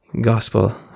gospel